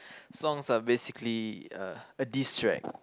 songs are basically uh a diss track